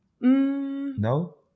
No